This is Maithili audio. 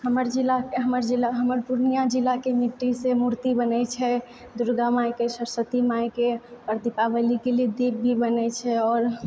हमर जिला हमर जिला हमर पूर्णिया जिलाके मिट्टी से मूर्ति बनै छै दुर्गा माइके सरस्वती माइके आओर दीपावलीके लिए दीप भी बनै छै आओर